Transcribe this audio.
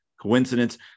coincidence